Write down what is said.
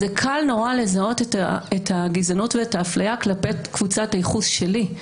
קל נורא לזהות את הגזענות ואת ההפליה כלפי קבוצת הייחוס שלי,